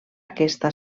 aquesta